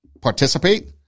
participate